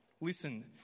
Listen